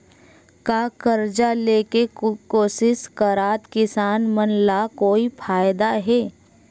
का कर्जा ले के कोशिश करात किसान मन ला कोई फायदा हे?